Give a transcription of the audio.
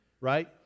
right